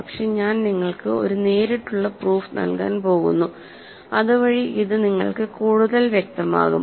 പക്ഷെ ഞാൻ നിങ്ങൾക്ക് ഒരു നേരിട്ടുള്ള പ്രൂഫ് നൽകാൻ പോകുന്നു അതുവഴി ഇത് നിങ്ങൾക്ക് കൂടുതൽ വ്യക്തമാകും